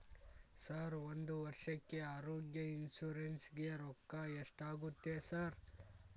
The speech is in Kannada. ಸರ್ ಒಂದು ವರ್ಷಕ್ಕೆ ಆರೋಗ್ಯ ಇನ್ಶೂರೆನ್ಸ್ ಗೇ ರೊಕ್ಕಾ ಎಷ್ಟಾಗುತ್ತೆ ಸರ್?